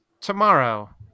tomorrow